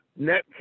Netflix